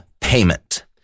payment